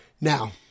Now